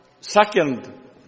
second